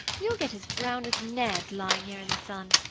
you'll get as brown as ned, lying here in the sun.